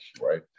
right